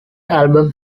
album